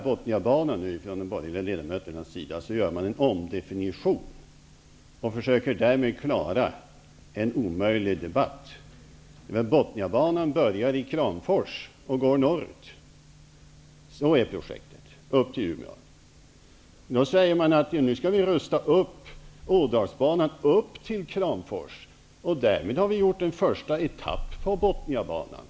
Bothniabanan, gör de en omdefinition och försöker därmed klara en omöjlig debatt. Bothniabanan börjar i Kramfors och går norrut upp till Umeå. Nu säger man att vi skall rusta upp Ådalsbanan upp till Kramfors och att vi därmed har gjort en första etapp på Bothniabanan.